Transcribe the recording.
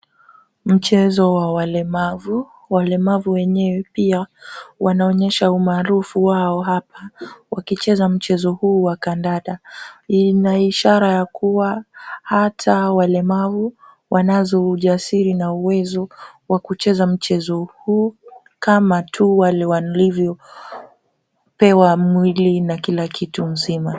Mchezo wa walemavu. Walemavu wenyewe pia wanaonyesha umaarufu wao hapa wakicheza mchezo huu wa kandanda. Ina ishara ya kuwa hata walemavu wanazo ujasiri na uwezo wa kucheza mchezo huu kama tu wale walivyopewa mwili na kila kitu mzima.